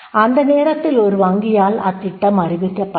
அந்த நேரத்தில் ஒரு வங்கியால் அத்திட்டம் அறிவிக்கப்பட்டது